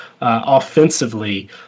offensively